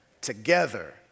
together